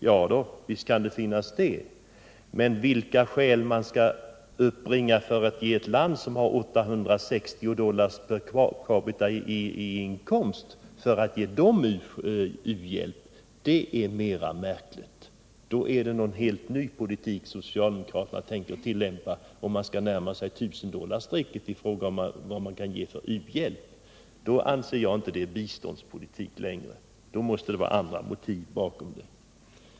Ja visst, men det är svårare att uppbringa skäl för att ge u-hjälp till ett land med en inkomst per capita om 860 dollar. Om socialdemokraterna vill sätta gränsen för beviljande av u-hjälp i närheten av tusendollarsstrecket per capita, är det en helt ny politik som de tänker sig att börja tillämpa. Då anser jag att det inte längre är fråga om biståndspolitik utan att det måste finnas andra motiv än biståndspolitiska för förslagen.